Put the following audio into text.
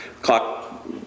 Clock